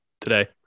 today